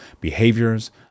behaviors